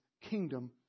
kingdom